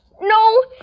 No